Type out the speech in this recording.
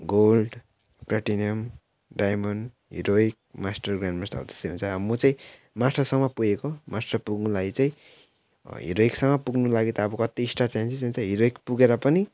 gold platinum diamond heroic master grand master हौ त्यस्तै हुन्छ अब म चाहिँ मास्टरसम्म पुगेको मास्टर पुग्नुलाई चाहिँ हिरोइकसँग पुग्नु लागि त अब कति स्टार चाहिन्छ चाहिन्छ हिरोइक पुगेर पनि